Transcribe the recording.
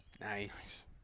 nice